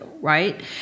right